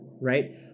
right